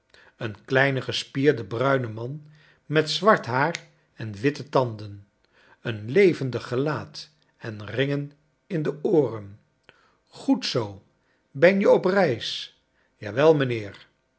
een kleine gespierde bruine man met zwart haar en witte tanden een levendig gelaat en ringen in de ooren groed zoo ben je op reis jawel mijnheer